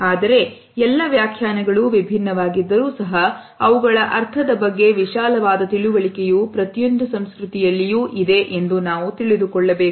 ಆದರೆ ಎಲ್ಲ ವ್ಯಾಖ್ಯಾನಗಳು ವಿಭಿನ್ನವಾಗಿದ್ದರೂ ಸಹ ಅವುಗಳ ಅರ್ಥದ ಬಗ್ಗೆ ವಿಶಾಲವಾದ ತಿಳುವಳಿಕೆಯು ಪ್ರತಿಯೊಂದು ಸಂಸ್ಕೃತಿಯಲ್ಲಿಯೂ ಇದೆ ಎಂದು ನಾವು ತಿಳಿದುಕೊಳ್ಳಬೇಕು